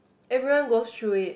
everyone goes through it